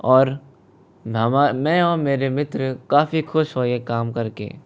और महमा मैं और मेरे मित्र काफ़ी खुश हुए काम करके